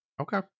Okay